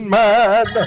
man